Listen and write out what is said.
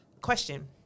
question